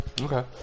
Okay